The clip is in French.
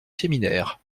séminaire